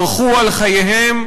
ברחו על חייהם,